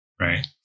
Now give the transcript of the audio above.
right